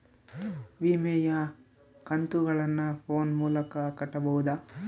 ವಿಮೆಯ ಕಂತುಗಳನ್ನ ಫೋನ್ ಮೂಲಕ ಕಟ್ಟಬಹುದಾ?